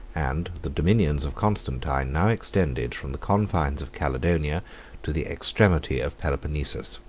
and the dominions of constantine now extended from the confines of caledonia to the extremity of peloponnesus.